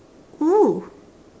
oo